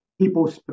people